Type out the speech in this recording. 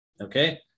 Okay